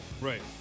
Right